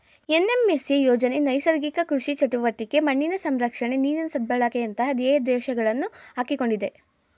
NMSA ಯೋಜನೆ ನೈಸರ್ಗಿಕ ಕೃಷಿ ಚಟುವಟಿಕೆ, ಮಣ್ಣಿನ ಸಂರಕ್ಷಣೆ, ನೀರಿನ ಸದ್ಬಳಕೆಯಂತ ಧ್ಯೇಯೋದ್ದೇಶಗಳನ್ನು ಹಾಕಿಕೊಂಡಿದೆ